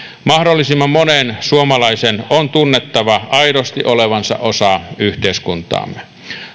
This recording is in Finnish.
mahdollisimman monen suomalaisen on tunnettava aidosti olevansa osa yhteiskuntaamme